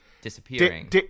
disappearing